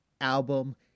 album